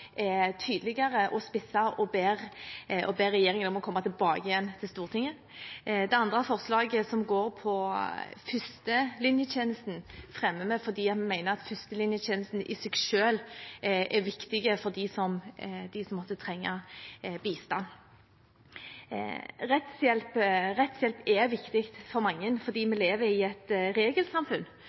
er tydeligere og spissere og ber regjeringen komme tilbake igjen til Stortinget. Forslaget som går på førstelinjetjenesten, fremmer vi fordi vi mener at førstelinjetjenesten i seg selv er viktig for dem som måtte trenge bistand. Rettshjelp er viktig for mange fordi vi lever i et regelsamfunn,